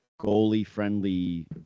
goalie-friendly